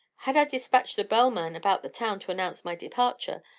had i despatched the bellman about the town to announce my departure,